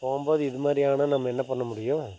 போகும் போது இதுமாதிரி ஆனால் நம்ம என்ன பண்ண முடியும்